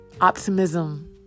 optimism